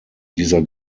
dieser